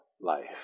life